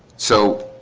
so